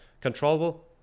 controllable